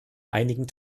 einigen